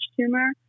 tumor